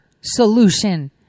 solution